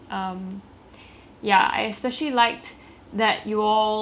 that you all ah I think I think um